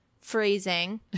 Freezing